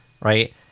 Right